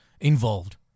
involved